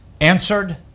answered